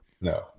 No